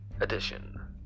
edition